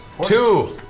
Two